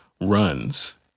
runs